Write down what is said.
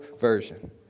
version